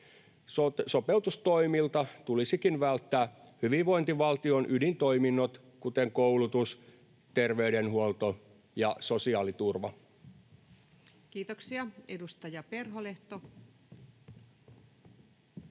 Sopeutustoimien tulisikin välttää hyvinvointivaltion ydintoiminnot, kuten koulutus, terveydenhuolto ja sosiaaliturva. Kiitoksia. — Edustaja Perholehto.